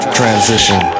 Transition